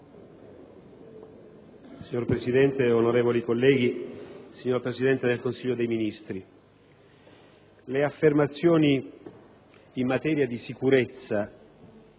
Signor Presidente, onorevoli colleghi, signor Presidente del Consiglio dei ministri, le affermazioni in materia di sicurezza